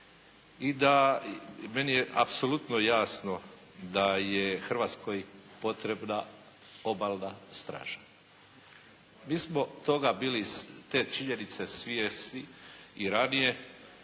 I da, meni je apsolutno jasno da je Hrvatskoj potrebna Obalna straža. Mi smo toga bili, te činjenice svjesni i ranije.